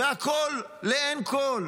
והכול לעין כול.